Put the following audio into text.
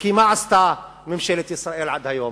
וכי מה עשתה ממשלת ישראל עד היום?